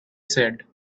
said